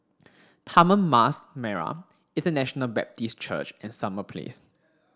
Taman Mas Merah International Baptist Church and Summer Place